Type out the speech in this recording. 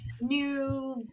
new